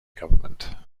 government